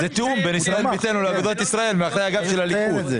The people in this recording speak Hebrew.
זה תיאום בין ישראל ביתנו לאגודת ישראל מאחורי הגב של הליכוד.